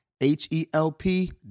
H-E-L-P